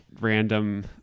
random